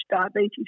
diabetes